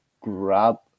grab